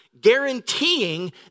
guaranteeing